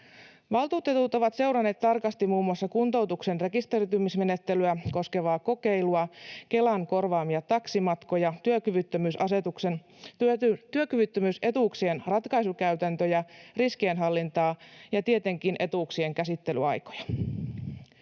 Valtuutetut ovat seuranneet tarkasti muun muassa kuntoutuksen rekisteröitymismenettelyä koskevaa kokeilua, Kelan korvaamia taksimatkoja, työkyvyttömyysetuuksien ratkaisukäytäntöjä, riskienhallintaa ja tietenkin etuuksien käsittelyaikoja.